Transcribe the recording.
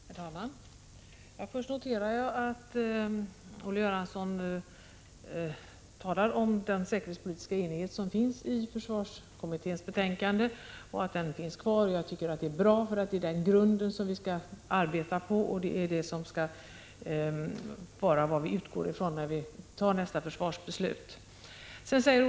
Herr talman! Först noterar jag att Olle Göransson talar om den säkerhetspolitiska enighet som finns i försvarskommitténs betänkande och att den finns kvar. Jag tycker det är bra — det är den grund som vi skall arbeta på och utgå ifrån när vi tar nästa försvarsbeslut.